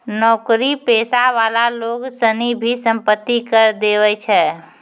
नौकरी पेशा वाला लोग सनी भी सम्पत्ति कर देवै छै